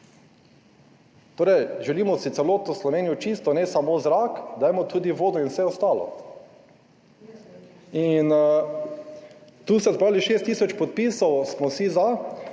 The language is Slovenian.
Torej, želimo si celotno Slovenijo čisto, ne samo zraka, dajmo tudi vodo in vse ostalo. Tu ste zbrali 6 tisoč podpisov, smo vsi za,